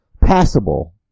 passable